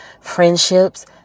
friendships